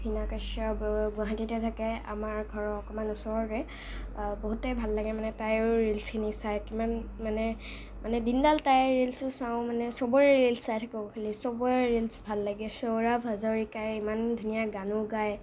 হিনা কাশ্যপ গুৱাহাটীতে থাকে আমাৰ ঘৰৰ অকণমান ওচৰৰে বহুতে ভাল লাগে মানে তাইৰো ৰিলচখিনি চাই কিমান মানে মানে দিনডাল তাইৰো ৰিলচ চাওঁ মানে চবৰে ৰিলচ চাই থাকোঁ খালি চবৰে ৰিলচ ভাল লাগে সৌৰভ হাজৰিকাই ইমান ধুনীয়া গানো গায়